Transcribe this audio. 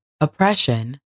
oppression